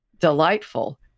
delightful